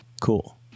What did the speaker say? Cool